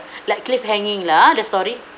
like cliff hanging lah the story